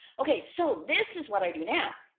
okay, so this is what i do now.